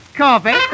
coffee